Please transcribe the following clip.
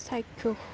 চাক্ষুষ